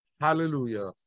hallelujah